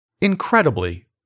Incredibly